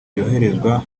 yoherezwa